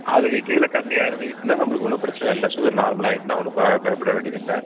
அதுக்கு கீழே கம்மியாக இறங்கிட்டுனா நம்மளுக்கு ஒன்றும் பிரச்சனை இல்லை சுகர் நார்மலாக ஆகிட்டுன்னா ஒன்றும் ப பயப்பட வேண்டியது இல்லை